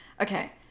okay